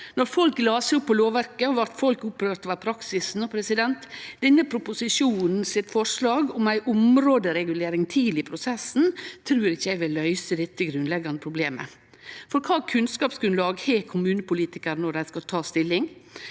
Når folk las seg opp på lovverket, blei dei opprørde over praksisen. Denne proposisjonens forslag om ei områderegulering tidleg i prosessen trur eg ikkje vil løyse dette grunnleggjande problemet, for kva kunnskapsgrunnlag har kommunepolitikarane når dei skal ta stilling?